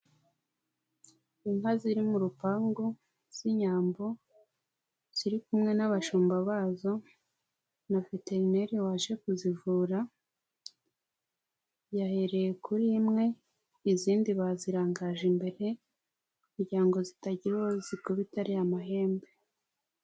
Inka ziri mu rupangu z'inyambo, ziri kumwe n'abashumba bazo na veterineri waje kuzivura, yahereye kuri imwe, izindi bazirangaje imbere kugira ngo zitagira uwo zikubita ariya mahembe.